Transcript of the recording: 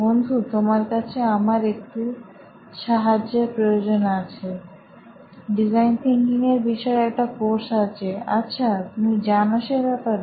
বন্ধু তোমার কাছে আমার একটু সাহায্যের প্রয়োজন আছেডিজাইন থিঙ্কিং এর বিষয় একটা কোর্স আছে আচ্ছা তুমি জানো সে ব্যাপারে